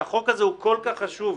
שהחוק הזה כל כך חשוב,